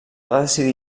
decidir